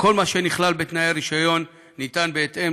שכל מה שנכלל בתנאי הרישיון ניתן בהתאם